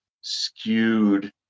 skewed